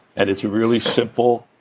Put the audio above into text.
and it's really simple.